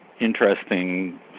interesting